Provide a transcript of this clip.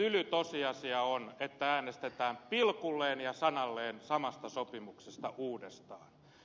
tyly tosiasia on että äänestetään pilkulleen ja sanalleen samasta sopimuksesta uudestaan